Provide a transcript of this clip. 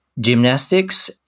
Gymnastics